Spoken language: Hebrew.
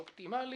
האופטימלי,